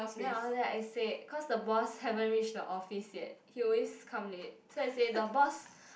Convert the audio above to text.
then after that I said cause the boss haven't reach the office yet he always come late so I say the boss